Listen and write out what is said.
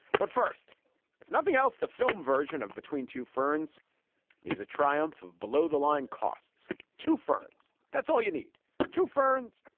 but first if nothing else the film version of between two ferns is a triumph of below the line costs to ferns. that's all you need to ferns.